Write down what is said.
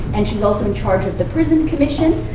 and she is also in charge of the prison commission.